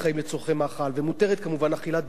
לצורכי מאכל ומותרת כמובן אכילת בעלי-חיים,